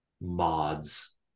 mods